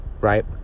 right